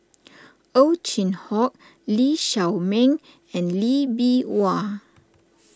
Ow Chin Hock Lee Shao Meng and Lee Bee Wah